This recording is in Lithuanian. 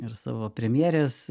ir savo premjerės